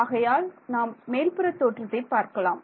ஆகையால் நாம் மேல் புறத்தோற்றத்தை பார்க்கலாம்